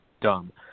dumb